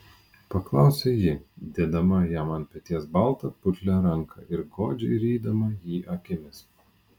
paklausė ji dėdama jam ant peties baltą putlią ranką ir godžiai rydama jį akimis